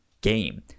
game